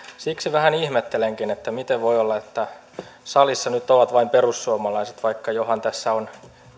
siksi vähän ihmettelenkin miten voi olla että salissa nyt ovat vain perussuomalaiset mutta johan tässä on